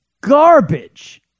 garbage